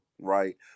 right